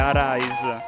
Arise